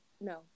No